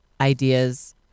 ideas